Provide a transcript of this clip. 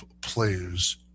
players